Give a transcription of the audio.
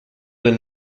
del